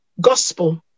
gospel